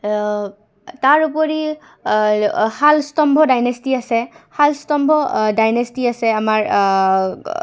তাৰউপৰি Salastambha dynasty আছে Salastambha dynasty আছে আমাৰ